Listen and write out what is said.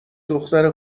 دختر